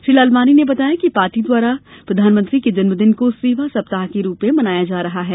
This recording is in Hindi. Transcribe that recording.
श्री लालवानी ने बताया कि पार्टी द्वारा प्रधानमंत्री के जन्मदिन को सेवा सप्ताह के रूप में मनाया जा रहा है